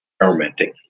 experimenting